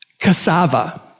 Cassava